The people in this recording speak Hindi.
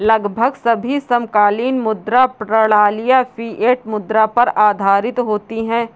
लगभग सभी समकालीन मुद्रा प्रणालियाँ फ़िएट मुद्रा पर आधारित होती हैं